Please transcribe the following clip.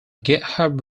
github